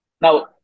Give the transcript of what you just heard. Now